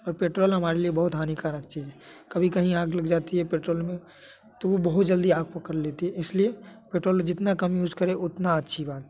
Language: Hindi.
और पेट्रोल हमारे लिए बहुत हानिकारक चीज़ है कभी कहीं आग लग जाती है पेट्रोल में तो वो बहुत जल्दी आग पकड़ लेती है इस लिए पेट्रोल जितना कम यूज करें उतनी अच्छी बात है